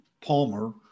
Palmer